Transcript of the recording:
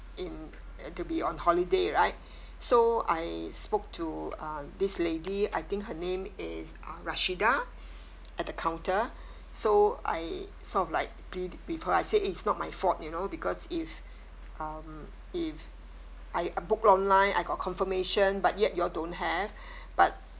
in to be on holiday right so I spoke to uh this lady I think her name is uh rashidah at the counter so I sort of like beat with her I say it's not my fault you know because if um if I uh book online I got confirmation but yet you all don't have but